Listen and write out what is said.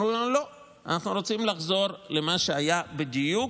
אמרו לנו: לא, אנחנו רוצים לחזור למה שהיה בדיוק,